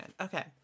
Okay